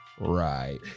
Right